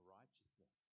righteousness